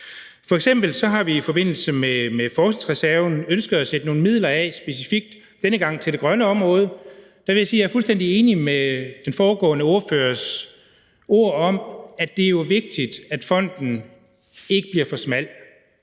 F.eks. har vi i forbindelse med forskningsreserven ønsket at sætte nogle midler af, og denne gang specifikt til det grønne område. Der vil jeg sige, at jeg er fuldstændig enig med den foregående ordførers ord om, at det jo er vigtigt, at fonden ikke bliver for smal.